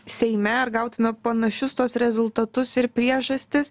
seime ar gautume panašius tuos rezultatus ir priežastis